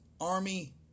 Army